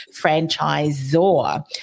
franchisor